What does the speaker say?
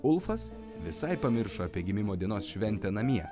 ulfas visai pamiršo apie gimimo dienos šventę namie